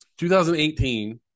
2018